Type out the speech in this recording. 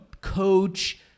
coach